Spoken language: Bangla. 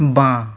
বাঁ